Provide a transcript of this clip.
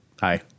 Hi